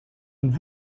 und